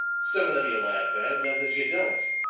some of them you laugh at, and others you don't.